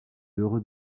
heureux